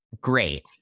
Great